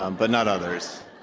um but not others.